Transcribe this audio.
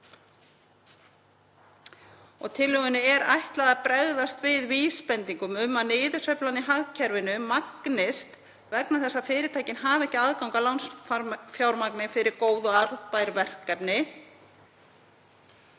Tillögunni er ætlað að bregðast við vísbendingum um að niðursveiflan í hagkerfinu magnist vegna þess að fyrirtækin hafa ekki aðgang að lánsfjármagni fyrir góð og arðbær verkefni